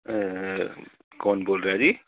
ਕੌਣ ਬੋਲ ਰਿਹਾ ਜੀ